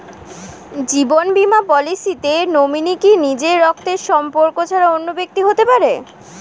জীবন বীমা পলিসিতে নমিনি কি নিজের রক্তের সম্পর্ক ছাড়া অন্য ব্যক্তি হতে পারে?